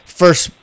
first